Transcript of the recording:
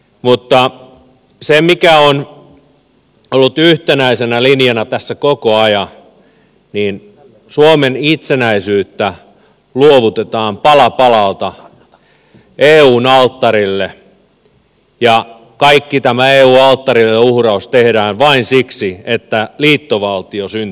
mutta se mikä on ollut yhtenäisenä linjana tässä koko ajan on että suomen itsenäisyyttä luovutetaan pala palalta eun alttarille ja kaikki tämä eu alttarille uhraus tehdään vain siksi että liittovaltio syntyisi